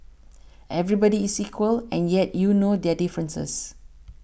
everybody is equal and yet you know their differences